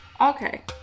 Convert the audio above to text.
Okay